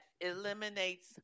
eliminates